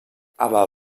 aber